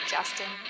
Justin